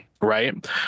right